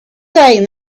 saying